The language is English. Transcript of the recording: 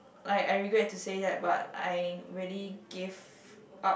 I I regret to say that but I really gave up